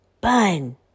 bun